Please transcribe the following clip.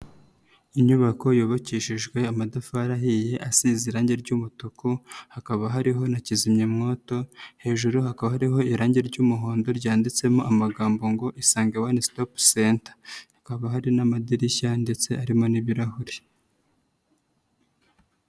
Inyubako yubakishijwe amatafari ahiye, asize irangi ry'umutuku, hakaba hariho na kizimyamwoto, hejuru hakaba hariho irangi ry'umuhondo, ryanditsemo amagambo ngo Isange one stop center. kaba hari n'amadirishya ndetse arimo n'ibirahuri.